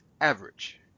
average